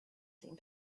same